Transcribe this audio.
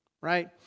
right